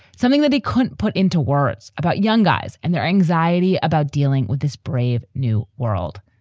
something that he couldn't put into words about young guys and their anxiety about dealing with this brave new world.